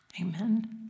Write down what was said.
Amen